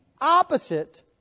opposite